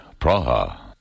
Praha